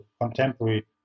contemporary